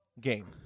game